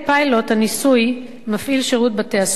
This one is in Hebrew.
מפעיל שירות בתי-הסוהר בסיוע המשטרה,